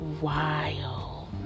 wild